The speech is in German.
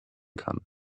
kann